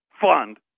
fund